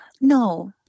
no